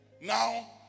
Now